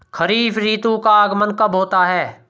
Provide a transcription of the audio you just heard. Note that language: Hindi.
खरीफ ऋतु का आगमन कब होता है?